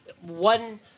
one